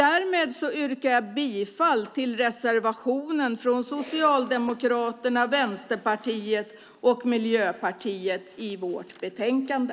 Därmed yrkar jag bifall till reservationen från Socialdemokraterna, Vänsterpartiet och Miljöpartiet i vårt betänkande.